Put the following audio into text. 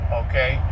okay